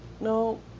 No